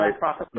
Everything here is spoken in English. right